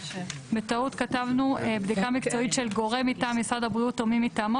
בטעות כתבנו "בדיקה מקצועית של גורם מטעם משרד הבריאות ומי מטעמו"